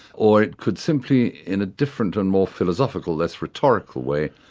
or it could simply in a different and more philosophical, less rhetorical way,